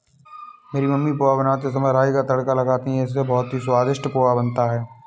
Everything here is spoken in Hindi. मेरी मम्मी पोहा बनाते समय राई का तड़का लगाती हैं इससे बहुत ही स्वादिष्ट पोहा बनता है